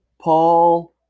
Paul